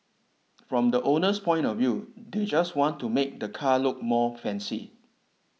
from the owner's point of view they just want to make the car look more fancy